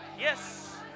Yes